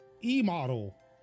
E-model